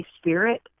spirit